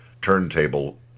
turntable